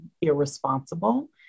irresponsible